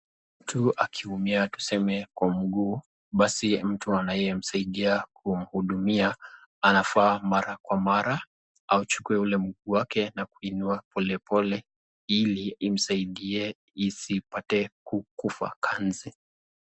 Mtu akiumia tuseme kwa mguu, basi mtu anyemsaidia kumhudumia anafaa mara kwa mara achukue ule mguu wake na kuinua pole pole ili imsaidie isipate kukufa kanzi.